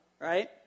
right